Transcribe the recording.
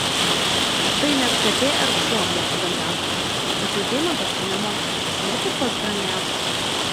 štai net katė ar šuo moka bendrauti tačiau deimantas to nemoka net ir pats brangiausias